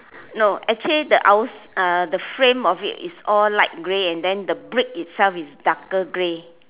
no actually the outs~ uh the frame of it is all light grey and the brick itself is darker grey